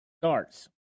starts